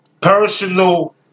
personal